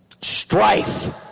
strife